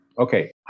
okay